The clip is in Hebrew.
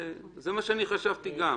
זה מה שאני חשבתי גם.